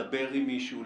לדבר עם מישהו?